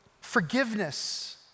Forgiveness